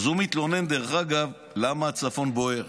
אז הוא מתלונן למה הצפון בוער,